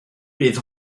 bydd